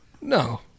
No